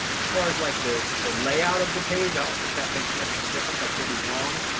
as far as like the the layout of the page, i don't think that makes much of a difference. i could be wrong.